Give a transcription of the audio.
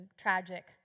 tragic